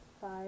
Five